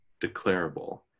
declarable